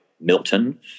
Milton